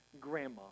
grandma